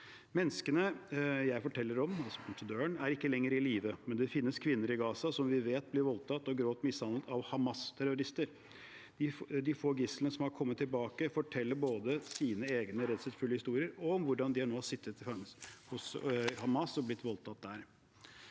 Menneskene jeg forteller om, er ikke lenger i live. Men det finnes kvinner i Gaza som vi vet blir voldtatt og grovt mishandlet av Hamas-terrorister; de få gislene som har kommet tilbake forteller både sine egne redselsfulle historier og om hvordan de som nå sitter fanget hos Hamas blir voldtatt.